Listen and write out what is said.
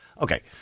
Okay